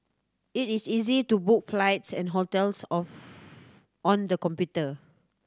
it is easy to book flights and hotels of on the computer